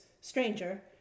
stranger